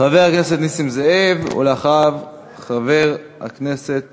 חבר הכנסת נסים זאב, ואחריו, חבר הכנסת